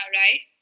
right